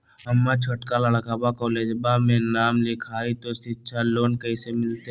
हमर छोटका लड़कवा कोलेजवा मे नाम लिखाई, तो सिच्छा लोन कैसे मिलते?